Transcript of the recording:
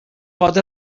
pot